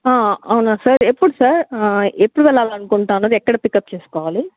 అవునా సార్ ఎప్పుడు సార్ ఎప్పుడు వెళ్ళాలని అనుకుంటున్నారు ఎక్కడ పిక్ అప్ చేసుకోవాలి